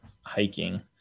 hiking